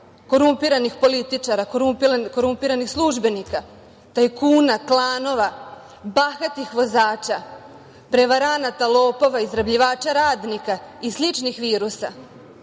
korumpiranih političara, korumpiranih službenika, tajkuna, klanova, bahatih vozača, prevaranata, lopova, izrabljivača radnika i sličnih virusa?